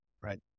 Right